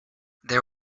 there